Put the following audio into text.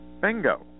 Bingo